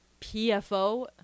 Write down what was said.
pfo